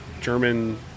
German